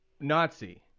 Nazi